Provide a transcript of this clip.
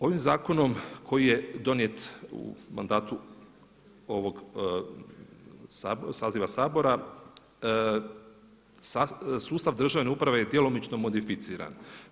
Ovim zakonom koji je donijet u mandatu ovog saziva Sabora, sustav državne uprave je djelomično modificiran.